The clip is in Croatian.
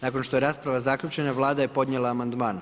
Nakon što je rasprava zaključena, Vlada je podnijela amandman.